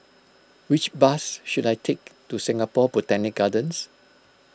which bus should I take to Singapore Botanic Gardens